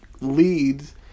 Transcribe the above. leads